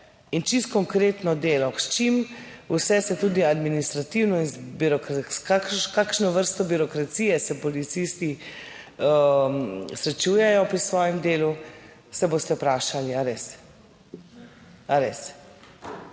in čisto konkretno delo, s čim vse se tudi administrativno in s kakšno vrsto birokracije se policisti srečujejo pri svojem delu, se boste vprašali, a res?